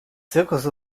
zirkus